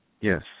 yes